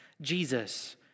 Jesus